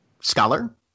scholar